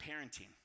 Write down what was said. parenting